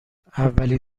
اولین